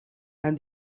and